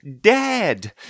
Dad